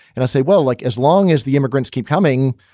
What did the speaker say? and i'll say, well, like as long as the immigrants keep coming,